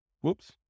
Whoops